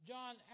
John